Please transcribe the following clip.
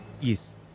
Yes